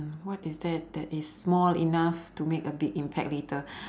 uh what is that that is small enough to make a big impact later